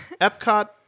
Epcot